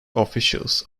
officials